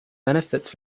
benefits